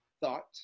thought